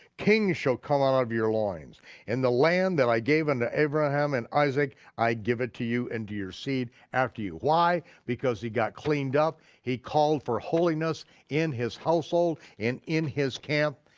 kings shall come um out of your loins and the land that i gave unto abraham and isaac, i give it to you and to your seed after you, why? because he got cleaned up, he called for holiness in his household and in his camp,